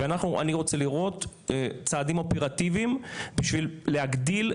ואני רוצה לראות צעדים אופרטיביים בשביל להגדיל,